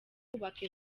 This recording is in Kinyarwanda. kubaka